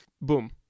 boom